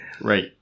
Right